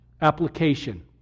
Application